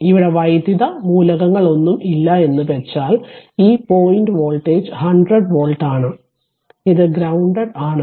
ഇവിടെ വൈദ്യുത മൂലകങ്ങളൊന്നും ഇല്ല എന്നു വെച്ചാൽ ഈ പോയിന്റ് വോൾട്ടേജ് 100 വോൾട്ട് ആണ് ഇത് ഗ്രൌൻഡഡ് ആണ്